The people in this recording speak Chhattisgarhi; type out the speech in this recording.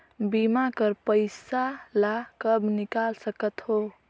बीमा कर पइसा ला कब निकाल सकत हो?